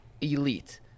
elite